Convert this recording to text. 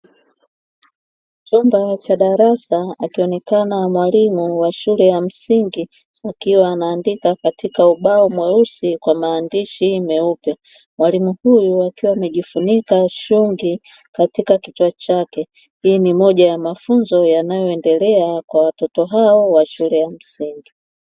Chumba cha darasa akionekana mwalimu wa shule ya msingi, akiwa anaandika katika ubao mweusi kwa maandishi meupe, mwalimu huyu akiwa amejifunika shungi katika kichwa chake, hii ni moja ya mafunzo yanayoendelea kwa watoto hao wa shule ya msingi.